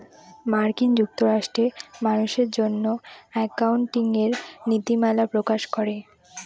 মার্কিন যুক্তরাষ্ট্রে মানুষের জন্য একাউন্টিঙের নীতিমালা প্রকাশ করে